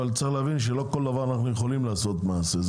אבל צריך להבין שלא בכל דבר אנחנו יכולים לעשות מעשה,